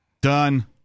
Done